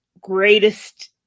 greatest